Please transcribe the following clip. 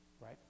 Right